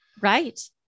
Right